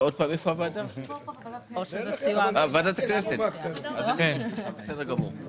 הישיבה ננעלה בשעה 13:41.